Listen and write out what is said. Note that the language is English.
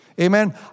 Amen